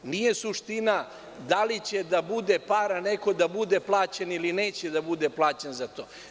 Nije suština da li će da bude para, neko da bude plaćen ili neće da bude plaćen za to.